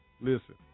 Listen